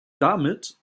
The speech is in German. damit